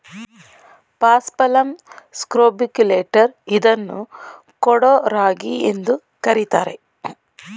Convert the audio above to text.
paspalum scrobiculatum ಇದನ್ನು ಕೊಡೋ ರಾಗಿ ಎಂದು ಕರಿತಾರೆ